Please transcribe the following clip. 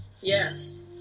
yes